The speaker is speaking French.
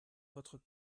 votre